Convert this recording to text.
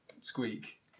squeak